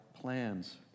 plans